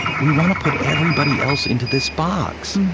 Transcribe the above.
we want to put everybody else into this box.